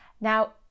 Now